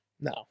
no